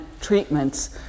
treatments